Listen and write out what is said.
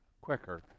quicker